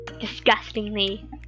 disgustingly